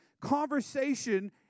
conversation